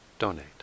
donate